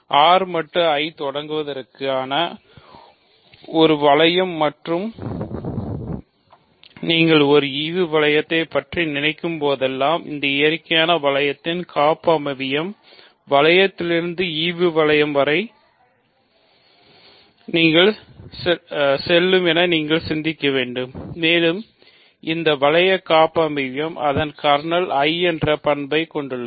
R மட்டு I தொடங்குவதற்கான ஒரு வளையம் மற்றும் நீங்கள் ஒரு ஈவு வளையத்தைப் பற்றி நினைக்கும் போதெல்லாம் இந்த இயற்கை வளையத்தின் காப்பமைவியம் வளையத்திலிருந்து ஈவு வளையம் வரை நீங்கள் சிந்திக்க வேண்டும் மேலும் அந்த வளைய காப்பமைவியம் அதன் கர்னல் I என்ற பண்பை கொண்டுள்ளது